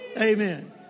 Amen